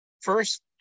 first